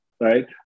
right